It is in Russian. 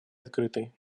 открытой